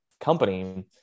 company